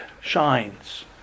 shines